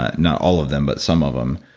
ah not all of them but some of them.